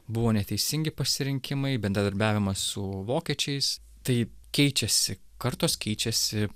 buvo neteisingi pasirinkimai bendradarbiavimas su vokiečiais tai keičiasi kartos keičiasi